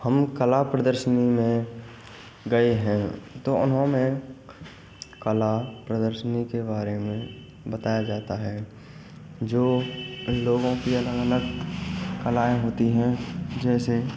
हम कला प्रदर्शनियों में गए हैं तो उन्होंने कला प्रदर्शनियों के बारे में बताया जाता है जो इन लोगों कि अलामत कलाएँ होती हैं जैसे